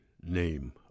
name